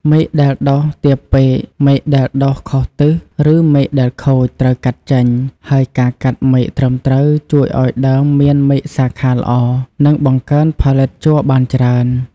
មែកដែលដុះទាបពេក មែកដែលដុះខុសទិស ឬមែកដែលខូច ត្រូវកាត់ចេញ ហើយការកាត់មែកត្រឹមត្រូវជួយឱ្យដើមមានមែកសាខាល្អ និងបង្កើនផលិតជ័របានច្រើន។